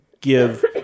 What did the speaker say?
give